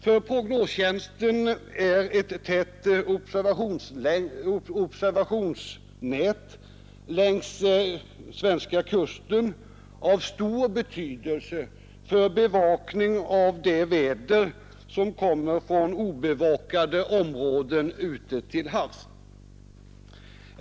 För prognostjänsten är ett tätt observationsnät längs den svenska kusten av stor betydelse för bevakning av det väder som kommer från obevakade områden ute till havs.